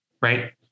right